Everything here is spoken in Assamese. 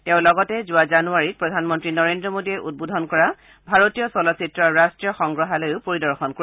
তেওঁ লগতে যোৱা জানুৱাৰীত প্ৰধানমন্ত্ৰী নৰেন্দ্ৰ মোডীয়ে উদ্বোধন কৰা ভাৰতীয় চলচ্চিত্ৰৰ ৰাষ্ট্ৰীয় সংগ্ৰহালয়ো পৰিদৰ্শন কৰিব